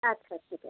আচ্ছা ঠিক আছে